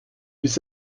bis